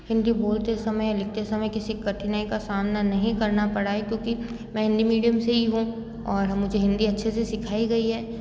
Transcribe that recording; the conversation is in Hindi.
हिन्दी बोलते समय लिखते समय किसी कठिनाई का सामना नहीं करना पड़ा है क्योंकि मैं हिन्दी मीडीयम से ही हूँ और मुझे हिन्दी अच्छे से सिखाई गई है